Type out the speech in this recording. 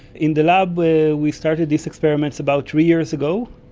in the lab where we started these experiments about three years ago,